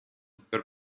per